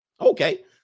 Okay